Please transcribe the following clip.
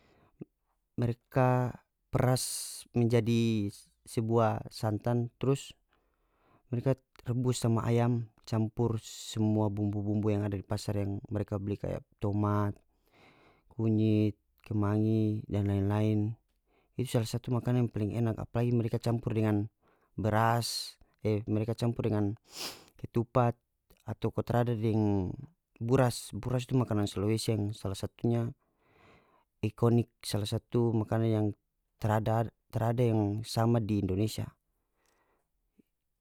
Mereka peras menjadi sebua santan trus mereka rebus sama ayam campur semua bumbu-bumbu yang ada di pasar yang mereka beli kaya tomat kunyit kemangi dan lain-lain itu sala satu makanan yang paling enak apalagi mereka campur dengan beras e mereka campur dengan ketupat atau ka tarada deng buras buras tu makanan sulawesi yang sala satunya ikonik sala satu makanan yang tarada tarada yang sama di indonesia.